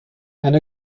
and